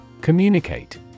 Communicate